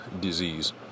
disease